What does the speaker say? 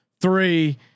three